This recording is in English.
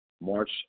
March